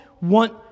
want